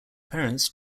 parents